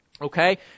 okay